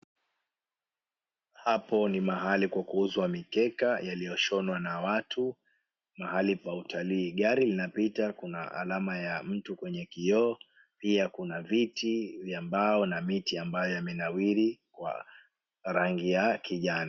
Hapo ni mahali kwa kuuzwa mikeka iliyoshonwa na watu, mahali pa utalii, gari linapita kuna alama ya mtu kwenye kioo pia kuna vitu vya mbao na miti ambayo imenawiri kwa rangi ya kijani.